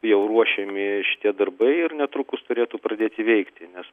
jau ruošiami šitie darbai ir netrukus turėtų pradėti veikti nes